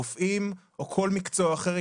רופאים או כל מקצוע אחר,